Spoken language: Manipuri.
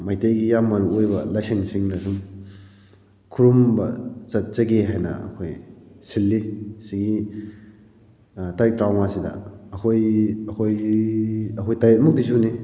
ꯃꯩꯇꯩꯒꯤ ꯌꯥꯝ ꯃꯔꯨ ꯑꯣꯏꯕ ꯂꯥꯏꯁꯪꯁꯤꯡꯗ ꯁꯨꯝ ꯈꯨꯔꯨꯝꯕ ꯆꯠꯆꯒꯦ ꯍꯥꯑꯏꯅ ꯑꯩꯈꯣꯏ ꯁꯤꯜꯂꯤ ꯑꯁꯤꯒꯤ ꯇꯥꯔꯤꯛ ꯇꯔꯥꯃꯉꯥꯁꯤꯗ ꯑꯩꯈꯣꯏ ꯑꯩꯈꯣꯏꯒꯤ ꯑꯩꯈꯣꯏ ꯇꯔꯦꯠꯃꯨꯛꯇꯤ ꯁꯨꯅꯤ